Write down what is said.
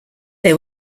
they